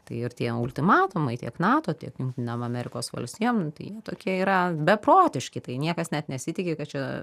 tai ir tie ultimatumai tiek nato tiek jungtinėm amerikos valstijom nu tai tokie yra beprotiški tai niekas net nesitiki kad čia